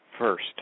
First